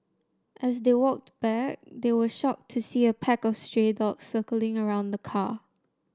as they walked back they were shocked to see a pack of stray dogs circling around the car